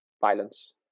Violence